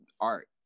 art